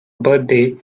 birthday